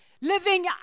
living